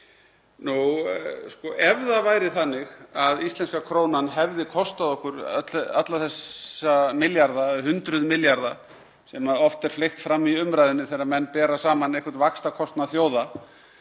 Ef það væri þannig að íslenska krónan hefði kostað okkur alla þessa milljarða, hundruða milljarða, sem oft er fleygt fram í umræðunni þegar menn bera saman einhvern vaxtakostnað þjóða,